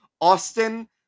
Austin